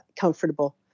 comfortable